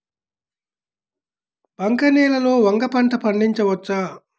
బంక నేలలో వంగ పంట పండించవచ్చా?